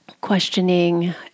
questioning